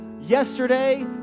yesterday